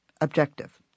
objective